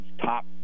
top